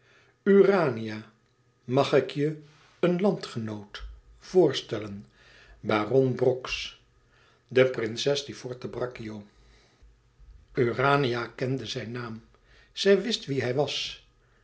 mag ik je een landgenoot voorstellen baron brox de prinses di forte braccio urania kende zijn naam zij wist wie hij was